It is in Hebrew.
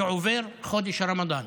כשעובר חודש הרמדאן.